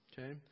Okay